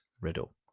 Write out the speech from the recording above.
riddle